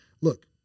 look